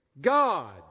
God